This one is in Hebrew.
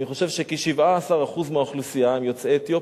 אני חושב שכ-17% מהאוכלוסייה הם יוצאי אתיופיה.